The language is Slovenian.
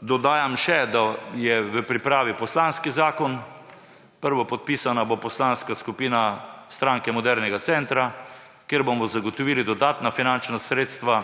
dodajam še, da je v pripravi poslanski zakon. Prvopodpisana bo Poslanska skupina Stranke modernega centra. Zagotovili bomo dodatna finančna sredstva